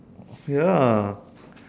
ya